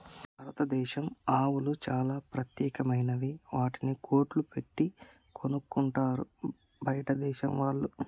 భారతదేశం ఆవులు చాలా ప్రత్యేకమైనవి వాటిని కోట్లు పెట్టి కొనుక్కుంటారు బయటదేశం వాళ్ళు